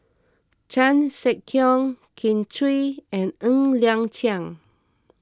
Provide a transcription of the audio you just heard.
Chan Sek Keong Kin Chui and Ng Liang Chiang